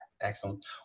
Excellent